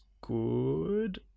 good